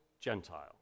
Gentile